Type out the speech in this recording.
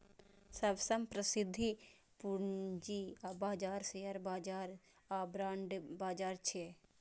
सबसं प्रसिद्ध पूंजी बाजार शेयर बाजार आ बांड बाजार छियै